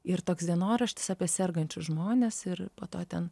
ir toks dienoraštis apie sergančius žmones ir po to ten